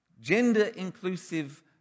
Gender-inclusive